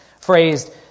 phrased